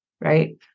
right